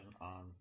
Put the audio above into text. on